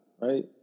right